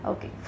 Okay